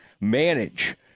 manage